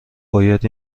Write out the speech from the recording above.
باید